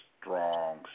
strong